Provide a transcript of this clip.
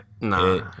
nah